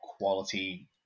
quality